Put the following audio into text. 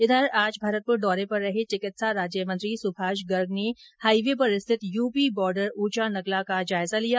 इधर आज भरतपुर दौरे पर रहे चिकित्सा राज्यमंत्री सुभाष गर्ग ने हाइवे पर स्थित यूपी बोर्डर ऊंचा नगला का जायजा लिया